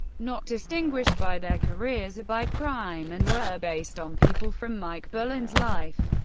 not distinguished by their careers or by crime and were based on people from mike bullen's life,